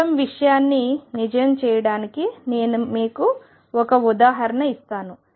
మొత్తం విషయాన్ని నిజం చేయడానికి నేను మీకు ఒక ఉదాహరణ ఇస్తాను